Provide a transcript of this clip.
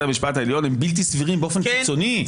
המשפט העליון הם בלתי סבירים באופן קיצוני.